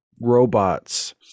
robots